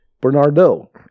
Bernardo